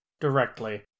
directly